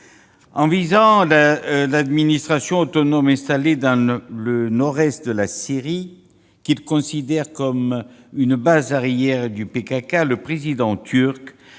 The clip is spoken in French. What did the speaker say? En visant l'administration autonome installée dans le nord-est de la Syrie, qu'il considère comme une base arrière du Parti des travailleurs